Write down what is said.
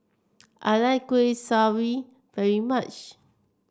I like Kuih Kaswi very much